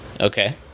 Okay